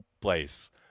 place